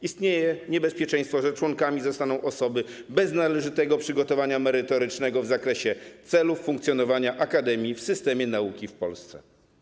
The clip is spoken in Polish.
Istnieje niebezpieczeństwo, że członkami zostaną osoby bez należytego przygotowania merytorycznego w zakresie celów funkcjonowania akademii w systemie nauki w Polsce.